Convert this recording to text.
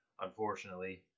Unfortunately